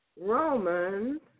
Romans